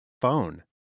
phone